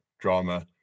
drama